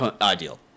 Ideal